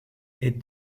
est